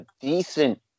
decent